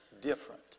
different